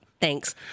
thanks